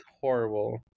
horrible